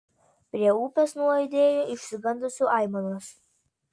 prie upės nuaidėjo išsigandusių aimanos